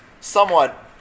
somewhat